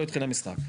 לא התחיל המשחק.